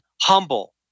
humble